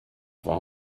war